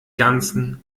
ganzen